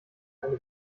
eine